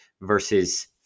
versus